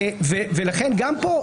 לכן גם פה,